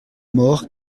mort